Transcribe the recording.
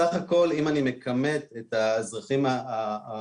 בסך הכול אם אני מכמת את האזרחים הערבים,